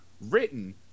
written